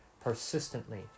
persistently